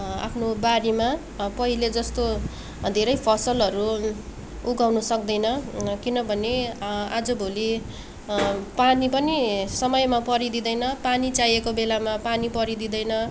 आफ्नो बारीमा पहिले जस्तो धेरै फसलहरू उगाउनु सक्दैन किनभने आजभोलि पानी पनि समयमा परिदिँदैन पानी चाहिएको बेलामा पानी परिदिँदैन